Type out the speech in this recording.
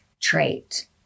trait